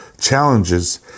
challenges